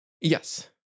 yes